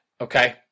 Okay